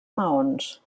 maons